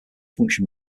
function